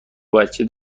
بچه